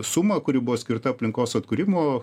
sumą kuri buvo skirta aplinkos atkūrimo